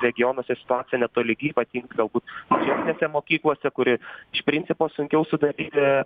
regionuose situacija netoli ypatingai galbūt mažesnėse mokyklose kuri iš principo sunkiau sudaryti